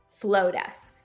Flowdesk